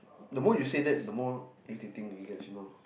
the more you say that the more irritating it gets you know